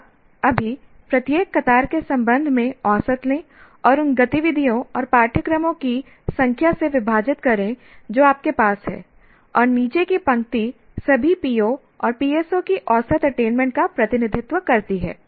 आप अभी प्रत्येक कतार के संबंध में औसत लें और उन गतिविधियों और पाठ्यक्रमों की संख्या से विभाजित करें जो आपके पास हैं और नीचे की पंक्ति सभी POs और PSOs की औसत अटेनमेंट का प्रतिनिधित्व करती है